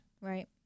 Right